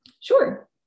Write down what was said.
Sure